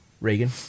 Reagan